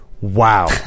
wow